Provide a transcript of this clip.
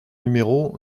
numéro